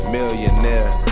Millionaire